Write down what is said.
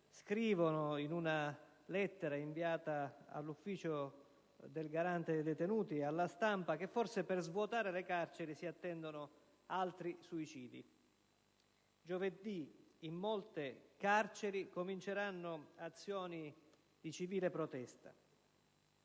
scrivono in una lettera inviata all'ufficio del Garante dei detenuti e alla stampa che forse per svuotare le carceri si attendono altri suicidi. Giovedì in molte carceri cominceranno azioni di civile protesta.